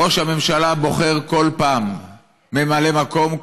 ראש הממשלה בוחר בכל פעם ממלא מקום,